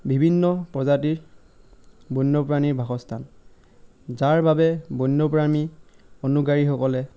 বিভিন্ন প্ৰজাতিৰ বন্যপ্ৰাণীৰ বাসস্থান যাৰ বাবে বন্যপ্ৰাণী অনুগ্ৰাহীসকলে